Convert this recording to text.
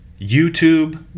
YouTube